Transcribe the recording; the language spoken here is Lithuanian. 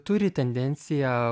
turi tendenciją